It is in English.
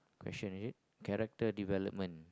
question it character development